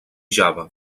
java